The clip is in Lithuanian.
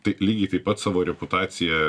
tai lygiai taip pat savo reputacija